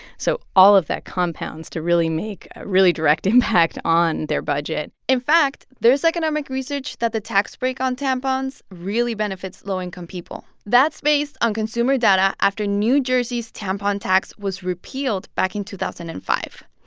so all of that compounds to really make a really direct impact on their budget in fact, there's economic research that the tax break on tampons really benefits low-income people. that's based on consumer data after new jersey's tampon tax was repealed back in two thousand and five.